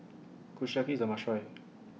Kushiyaki IS A must Try